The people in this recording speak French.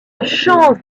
chance